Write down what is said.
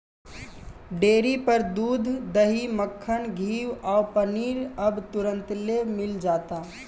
dairy पर दूध, दही, मक्खन, घीव आ पनीर अब तुरंतले मिल जाता